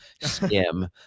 skim